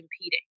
competing